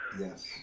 Yes